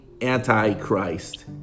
anti-Christ